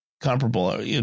comparable